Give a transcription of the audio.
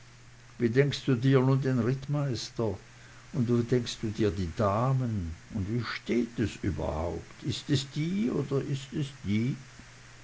wie denkst du dir nun den rittmeister und wie denkst du dir die damen und wie steht es überhaupt ist es die oder ist es die